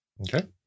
Okay